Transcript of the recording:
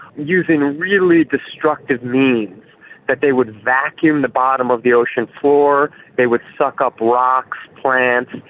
using really destructive means that they would vacuum the bottom of the ocean floor, they would suck up rocks, plants,